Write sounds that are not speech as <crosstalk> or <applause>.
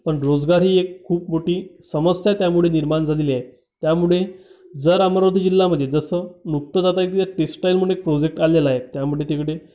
पण रोजगार ही एक खूप मोठी समस्या त्यामुळे निर्माण झालेली आहे त्यामुळे जर अमरावती जिल्ह्यामध्ये जसं मुक्तदाता <unintelligible> टेस्टाईल म्हणून एक प्रोजेक्ट आलेला आहे त्यामुळे तिकडे